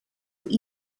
voor